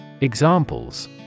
Examples